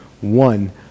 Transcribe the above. One